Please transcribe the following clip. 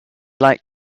like